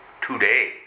today